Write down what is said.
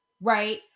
right